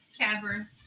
cavern